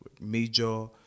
major